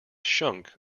shunk